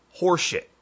horseshit